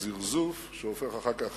וזרזוף שהופך אחר כך